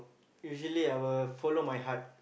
usually I will follow my heart